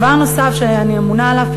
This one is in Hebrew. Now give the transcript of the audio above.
דבר נוסף שאני אמונה עליו,